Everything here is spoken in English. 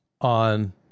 on